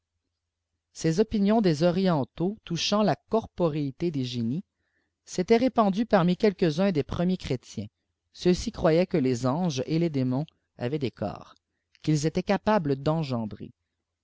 ces opinions des orientaux touchant la corporéité des génies s'étaient répandues parmi quelques uns des premiers chrétiens ceux-ci croyaient que les auges et les démons avaient dei corps îu'ils étaient capables